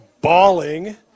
bawling